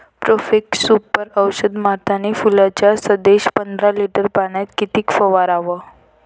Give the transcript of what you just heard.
Profex Super औषध मारतानी फुलाच्या दशेत पंदरा लिटर पाण्यात किती फवाराव?